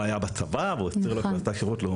היה בצבא והוא הסביר לו שהוא עשה שירות לאומי.